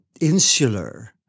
insular